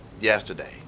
yesterday